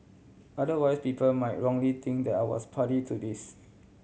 otherwise people might wrongly think that I was party to this